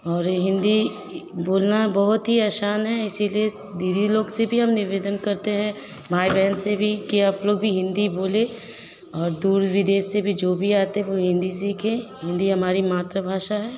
और हिन्दी बोलना बहुत ही आसान है इसलिए दीदी लोग से भी हम निवेदन करते हैं भाई बहन से भी कि आप लोग भी हिन्दी बोलें और दूर विदेश से भी जो भी आते हैं वे हिन्दी सीखें हिन्दी हमारी मातृभाषा है